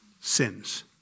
sins